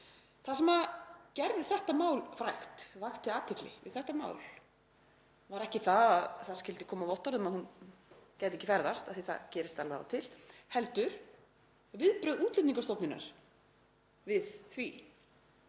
Það sem gerði þetta mál frægt, vakti athygli við þetta mál, var ekki að það skyldi koma vottorð um að hún gæti ekki ferðast af því að það gerist af og til heldur viðbrögð Útlendingastofnunar við því.